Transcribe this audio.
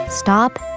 Stop